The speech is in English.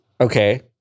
Okay